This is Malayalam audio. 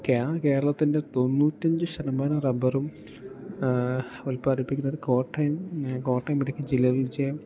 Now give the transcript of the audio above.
കേരളം കേരളത്തിൻ്റെ തൊണ്ണൂറ്റഞ്ച് ശതമാനം റബ്ബറും ഉല്പാദിപ്പിക്കുന്നത് കോട്ടയം കോട്ടയം ഇടുക്കി ജില്ലയിൽ വെച്ച്